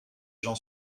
j’en